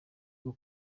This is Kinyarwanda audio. bwo